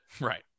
Right